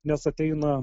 nes ateina